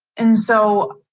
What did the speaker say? and so,